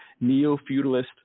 neo-feudalist